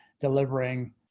delivering